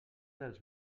dels